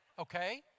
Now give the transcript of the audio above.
Okay